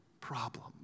problem